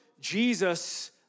Jesus